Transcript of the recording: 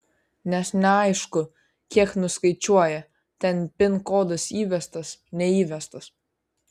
nes neaišku kiek nuskaičiuoja ten pin kodas įvestas neįvestas